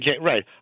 Right